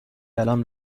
الان